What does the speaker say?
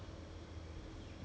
十一月 I guess